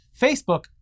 Facebook